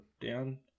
down